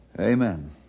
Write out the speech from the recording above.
Amen